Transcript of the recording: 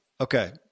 Okay